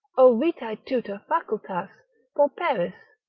o vitae tuta facultas pauperis,